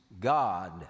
God